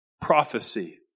Prophecy